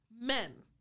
men